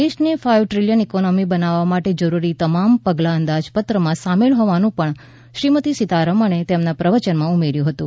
દેશને five trillion economy બનાવવા માટે જરૂરી તમામ પગલાં અંદાજપત્રમાં સામેલ હોવાનું પણ શ્રીમતી સિતારમણે તેમના પ્રવચનમાં ઉમેર્યું હતું